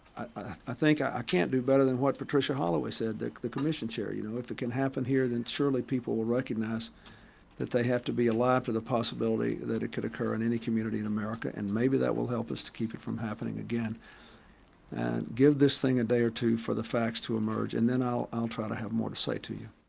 i think, i can't do better than what patricia halloway said that the commission's here you know if it can happen here, then surely people will recognize that they have to be alive to the possibility that it could occur in any community in america and maybe that will help us to keep it from happening again and give this thing a day or two for the facts to emerge and then i'll i'll try to have more to say to you.